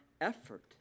effort